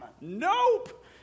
nope